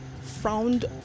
frowned